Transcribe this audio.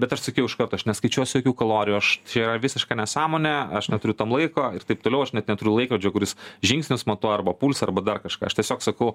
bet aš sakiau iš karto aš neskaičiuosiu jokių kalorijų aš čia yra visiška nesąmonė aš neturiu tam laiko ir taip toliau aš net neturiu laikrodžio kuris žingsnius matuoja arba pulsą arba dar kažką aš tiesiog sakau